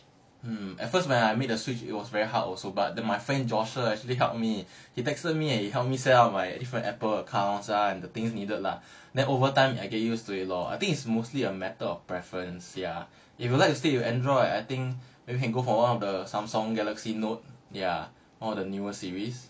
hmm at first when I made the switch it was very hard also but then my friend joshua actually helped me he texted me and help me set my different apple accounts ah and the things needed lah then over time I get used to it lor I think it's mostly a matter of preference ya if you like to stay with android I think maybe can go for one of the samsung galaxy note